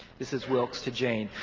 this is wilkes to jane.